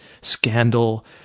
scandal